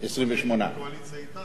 28. אז היית בקואליציה אתנו.